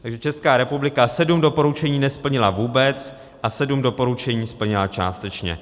Takže Česká republika sedm doporučení nesplnila vůbec a sedm doporučení splnila částečně.